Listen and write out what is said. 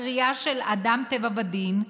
לקריאה של אדם טבע ודין,